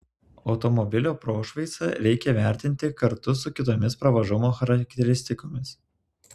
automobilio prošvaisą reikia vertinti kartu su kitomis pravažumo charakteristikomis